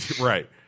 right